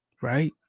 right